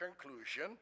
conclusion